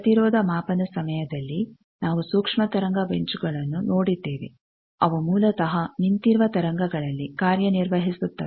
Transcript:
ಪ್ರತಿರೋಧ ಮಾಪನ ಸಮಯದಲ್ಲಿ ನಾವು ಸೂಕ್ಷ್ಮ ತರಂಗ ಬೆಂಚುಗಳನ್ನು ನೋಡಿದ್ದೇವೆಅವು ಮೂಲತಃ ನಿಂತಿರುವ ತರಂಗಗಳಲ್ಲಿ ಕಾರ್ಯ ನಿರ್ವಹಿಸುತ್ತವೆ